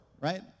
right